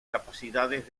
capacidades